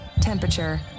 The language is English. temperature